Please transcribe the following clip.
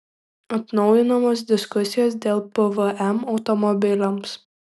atnaujinamos diskusijos dėl pvm automobiliams